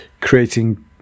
creating